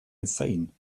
insane